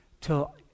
till